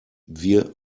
wir